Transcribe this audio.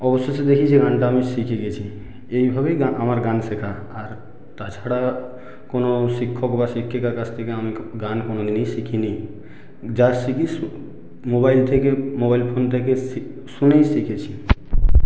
অবশেষে দেখি যে গানটা আমি শিখে গেছি এইভাবেই গা আমার গান শেখা আর তাছাড়া কোনও শিক্ষক বা শিক্ষিকার কাছ থেকে আমি গান কোনওদিনই শিখিনি যা শিখি মোবাইল থেকে মোবাইল ফোন থেকে শি শুনেই শিখেছি